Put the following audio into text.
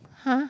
!huh!